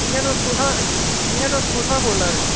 इयां तुस कुत्थआं इयां तुस कुत्थुआं बोल्लै दे